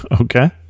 Okay